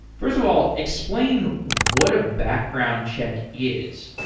first of all, explain what a background check is.